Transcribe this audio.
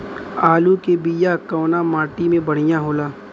आलू के बिया कवना माटी मे बढ़ियां होला?